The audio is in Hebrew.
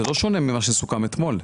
זה לא שונה ממה שסוכם אתמול.